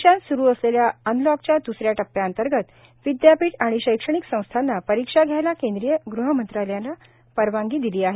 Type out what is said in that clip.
देशात स्रु असलेल्या अनलॉकच्या द्सऱ्या टप्प्याअंतर्गत विद्यापीठ आणि शैक्षणिक संस्थांना परीक्षा घ्यायला केंद्रीय गृहमंत्रालयानं परवानगी दिली आहे